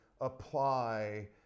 apply